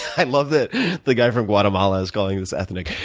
i love that they guy from guatemala is calling this ethnic.